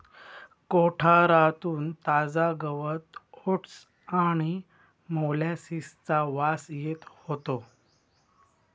कोठारातून ताजा गवत ओट्स आणि मोलॅसिसचा वास येत होतो